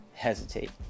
hesitate